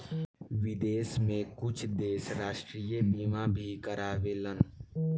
विदेश में कुछ देश राष्ट्रीय बीमा भी कारावेलन